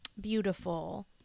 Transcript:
beautiful